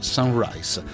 Sunrise